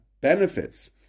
benefits